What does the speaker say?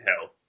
hell